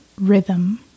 rhythm